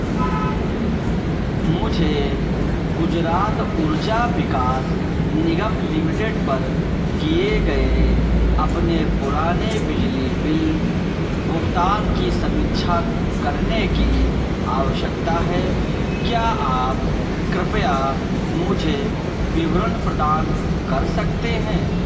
मुझे गुजरात ऊर्जा विकास निगम लिमिटेड पर किए गए अपने पुराने बिजली बिल भुगतान की समीक्षा करने की आवश्यकता है क्या आप कृपया मुझे विवरण प्रदान कर सकते हैं